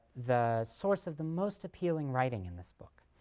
the source of the most appealing writing in this book,